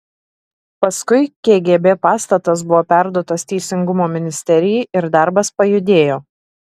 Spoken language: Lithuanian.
paskui kgb pastatas buvo perduotas teisingumo ministerijai ir darbas pajudėjo